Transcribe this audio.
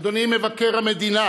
אדוני מבקר המדינה